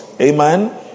Amen